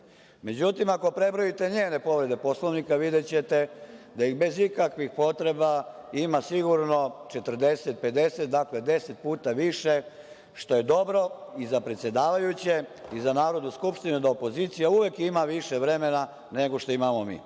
govorila.Međutim, ako prebrojite njene povrede Poslovnika, videćete da i bez ikakvih potreba ima sigurno 40, 50 puta više, što je dobro i za predsedavajuće i za Narodnu skupštinu da opozicija ima uvek više vremena nego što imamo mi.